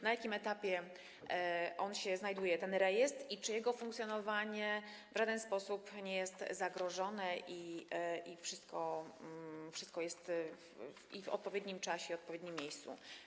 Na jakim etapie się znajduje ten rejestr i czy jego funkcjonowanie w żaden sposób nie jest zagrożone i wszystko jest w odpowiednim czasie i odpowiednim miejscu?